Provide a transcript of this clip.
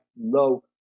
low